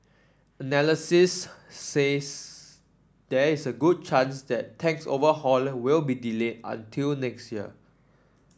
analysis says there is a good chance that tax overhaul will be delayed until next year